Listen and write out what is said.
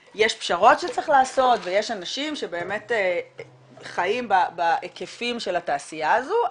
יש פשרות שצריך לעשות ויש אנשים שבאמת חיים בהיקפים של התעשייה הזו,